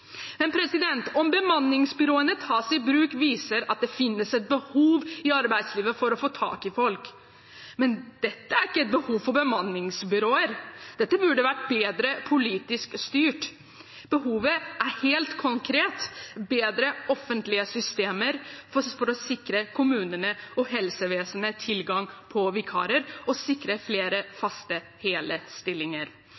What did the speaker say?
Men om bemanningsbyråene tas i bruk, viser det at det finnes et behov i arbeidslivet for å få tak i folk. Men dette er ikke et behov for bemanningsbyråer. Dette burde vært bedre politisk styrt. Behovet er helt konkret bedre offentlige systemer for å sikre kommunene og helsevesenet tilgang på vikarer og sikre flere